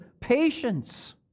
patience